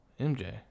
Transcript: MJ